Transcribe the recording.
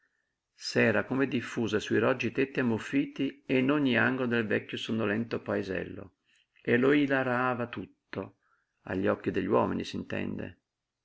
s'era come diffusa sui roggi tetti ammuffiti e in ogni angolo del vecchio sonnolento paesello e lo ilarava tutto agli occhi degli uomini